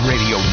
Radio